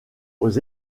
aux